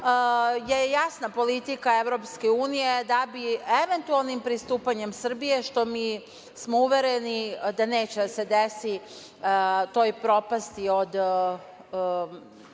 je jasna politika EU da bi eventualnim pristupanjem Srbije, što smo mi uvereni da neće da se desi, toj propasti od